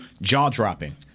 Jaw-dropping